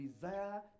desire